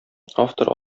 автор